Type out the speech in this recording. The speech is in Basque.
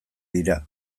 dira